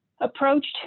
approached